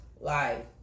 life